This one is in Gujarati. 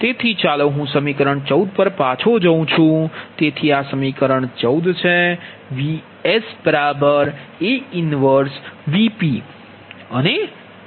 તેથી ચાલો હું સમીકરણ 14 પર પાછો જઉં છુ